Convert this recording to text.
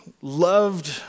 loved